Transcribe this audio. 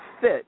fit